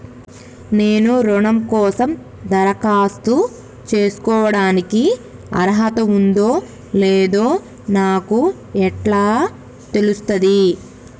నేను రుణం కోసం దరఖాస్తు చేసుకోవడానికి అర్హత ఉందో లేదో నాకు ఎట్లా తెలుస్తది?